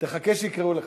חכה שיקראו לך.